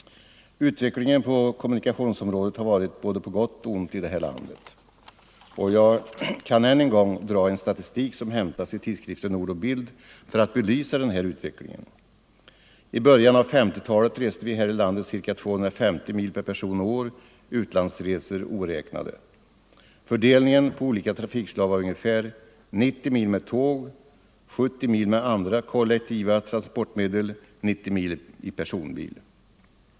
Utvecklingen på kommunikationsområdet har varit på både gott och ont i det här landet. Jag kan än en gång ta fram en statistik, som hämtats ur tidskriften Ord och Bild, för att belysa utvecklingen. I början av 1950-talet reste vi här i landet ca 250 mil per person och år, utlandsresor oräknade. Fördelningen på olika trafikslag var ungefär 90 mil med tåg, 70 mil med andra kollektiva transportmedel och 90 mil i personbil.